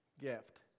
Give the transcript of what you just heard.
Gift